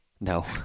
No